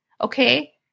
Okay